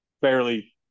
fairly